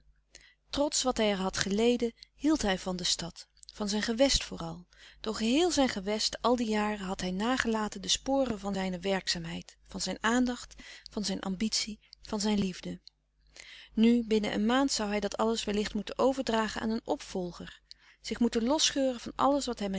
trots wat hij er had geleden hield hij van de stad van zijn gewest vooral door geheel zijn gewest al die jaren had hij nagelaten de sporen van zijne werkzaamheid van zijn aandacht van zijn ambitie van zijn liefde nu binnen een maand zoû hij dat alles wellicht moeten overdragen aan een opvolger zich moeten losscheuren van alles wat hij